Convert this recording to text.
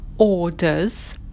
orders